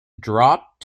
dropped